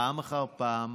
פעם אחר פעם,